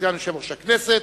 סגן יושב-ראש הכנסת,